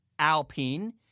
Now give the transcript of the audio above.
Alpine